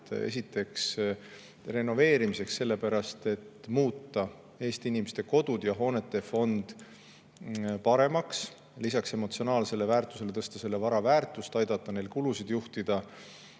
et renoveerimiseks sellepärast, et muuta Eesti inimeste kodud ja hoonetefond paremaks, lisaks emotsionaalsele väärtusele tõsta selle vara väärtust, aidata kulusid juhtida,